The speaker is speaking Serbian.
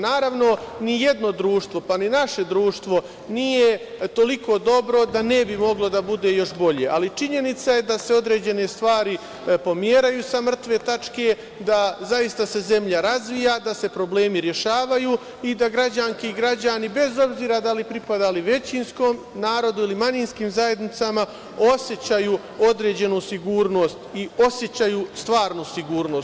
Naravno, nijedno društvo, pa ni naše društvo nije toliko dobro da ne bi moglo da bude još bolje, ali činjenica je da se određene stvari pomeraju sa mrtve tačke i da se zaista zemlja razvija, da se problemi rešavaju i da građanke i građani, bez obzira da li pripadali većinskom narodu ili manjinskim zajednicama, osećaju određenu sigurnost i osećaju stvarnu sigurnost.